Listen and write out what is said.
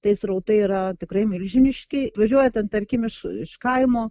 tai srautai yra tikrai milžiniški atvažiuoja ten tarkim iš iš kaimo